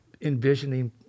envisioning